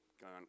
gone